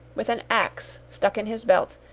with an axe stuck in his belt,